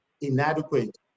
inadequate